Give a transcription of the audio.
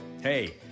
Hey